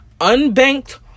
unbanked